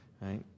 right